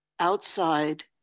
outside